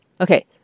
Okay